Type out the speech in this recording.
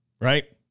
Right